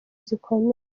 zikomeye